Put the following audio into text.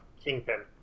kingpin